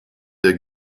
der